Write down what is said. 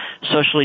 socially